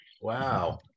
Wow